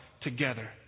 together